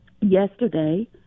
Yesterday